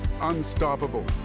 Unstoppable